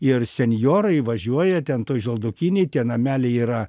ir senjorai važiuoja ten toj žaldokynėj tie nameliai yra